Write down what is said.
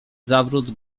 zawrót